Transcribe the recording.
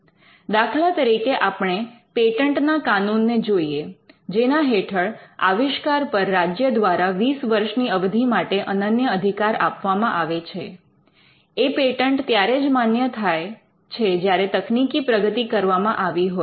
દાખલા તરીકે આપણે પેટન્ટના કાનૂનને જોઈએ જેના હેઠળ આવિષ્કાર પર રાજ્ય દ્વારા 20 વર્ષ ની અવધિ માટે અનન્ય અધિકાર આપવામાં આવે છે એ પેટન્ટ ત્યારે જ માન્ય થાય છે જ્યારે તકનીકી પ્રગતિ કરવામાં આવી હોય